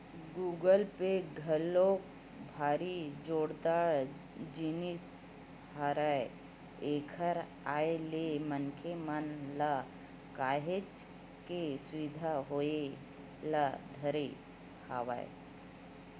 Google Pay घलोक भारी जोरदार जिनिस हरय एखर आय ले मनखे मन ल काहेच के सुबिधा होय ल धरे हवय